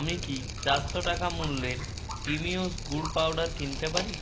আমি কি চারশো টাকা মূল্যের টিমিওস গুড় পাউডার কিনতে পারি